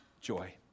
joy